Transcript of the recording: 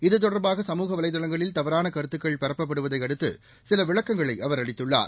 இதுதொடர்பாக சமூக வலைதளங்களில் தவறான கருத்துக்கள் பரப்பப்படுவதை அடுத்து சில விளக்கங்களை அவர் அளித்துள்ளார்